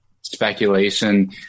speculation